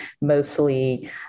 mostly